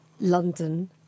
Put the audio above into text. London